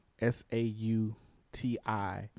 S-A-U-T-I